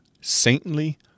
saintly